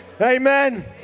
amen